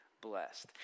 blessed